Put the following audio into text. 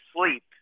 sleep